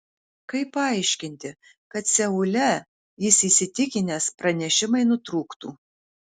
kaip paaiškinti kad seule jis įsitikinęs pranešimai nutrūktų